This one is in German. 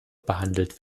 behandelt